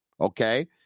Okay